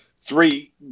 three